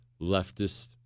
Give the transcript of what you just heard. leftist